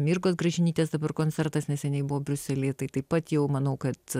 mirgos gražinytės dabar koncertas neseniai buvo briusely tai taip pat jau manau kad